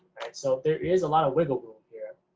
so there is a lot of wiggle room here.